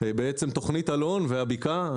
תוכנית אלון והבקעה.